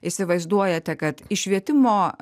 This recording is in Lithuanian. įsivaizduojate kad į švietimo